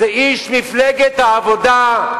זה איש מפלגת העבודה,